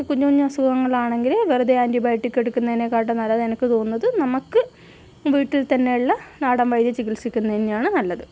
കുഞ്ഞു കുഞ്ഞു അസുഖങ്ങൾ ആണെങ്കിൽ വെറുതെ ആൻ്റിബയോട്ടിക്ക് എടുക്കുന്നതിനെ കാട്ടിയും നല്ലത് എനിക്ക് തോന്നുന്നത് നമുക്ക് വീട്ടിൽ തന്നെ ഉള്ള നാടൻ വൈദ്യം ചികിത്സിക്കുന്നത് തന്നെയാണ് നല്ലത്